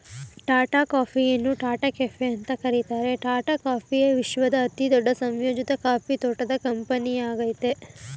ಟಾಟಾ ಕಾಫಿಯನ್ನು ಟಾಟಾ ಕೆಫೆ ಅಂತ ಕರೀತಾರೆ ಟಾಟಾ ಕಾಫಿ ವಿಶ್ವದ ಅತಿದೊಡ್ಡ ಸಂಯೋಜಿತ ಕಾಫಿ ತೋಟದ ಕಂಪನಿಯಾಗಯ್ತೆ